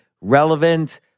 relevant